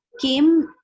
came